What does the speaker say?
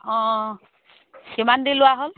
অঁ কিমানদি লোৱা হ'ল